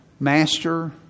Master